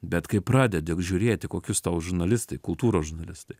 bet kai pradedi žiūrėti kokius tau žurnalistai kultūros žurnalistai